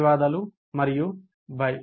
ధన్యవాదాలు మరియు బై